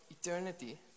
eternity